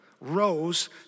rose